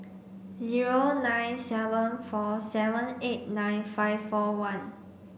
zero nine seven four seven eight nine five four one